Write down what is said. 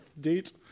date